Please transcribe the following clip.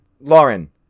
Lauren